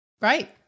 Right